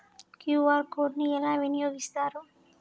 QR code ని ఎలా వినియోగిస్తారు?